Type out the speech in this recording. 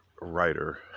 writer